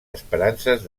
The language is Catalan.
esperances